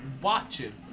watching